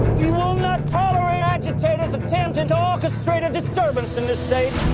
we will not tolerate agitators' attempting to orchestrate a disturbance in this state.